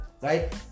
right